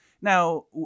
Now